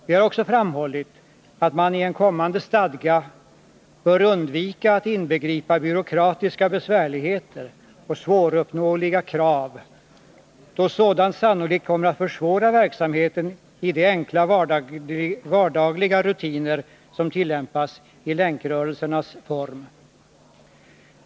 Vi har också framhållit att man i en kommande stadga bör undvika att inbegripa byråkratiska besvärligheter och svåruppnåeliga krav, då sådant sannolikt kommer att försvåra verksamheten i de enkla vardagliga rutiner som tillämpas i länkrörelsernas form.